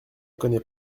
connais